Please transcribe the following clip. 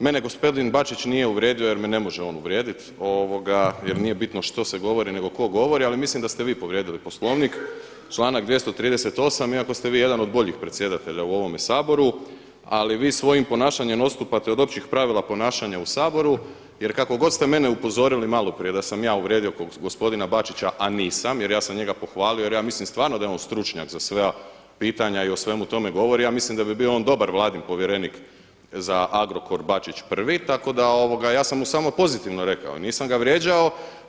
Mene gospodin Bačić nije uvrijedio jer me ne može on uvrijediti jer nije bitno što se govori neko ko govori, ali mislim sa ste vi povrijedili Poslovnik, članak 238. iako ste vi jedan od boljih predsjedatelja u ovome Saboru, ali vi svojim ponašanjem odstupate od općih pravila ponašanja u Saboru jer kako god ste mene upozorili maloprije da sam ja uvrijedio gospodina Bačića, a nisam, jer ja sam njega pohvalio jer ja mislim stvarno da je on stručnjak za sva pitanja i o svemu tome govori, ja mislim da bi bio on dobar vladin povjerenik za Agrokor Bačić I tako da ja sam mu samo pozitivno rekao, nisam ga vrijeđao.